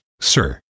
sir